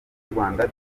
rwanda